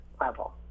level